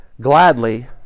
gladly